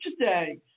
today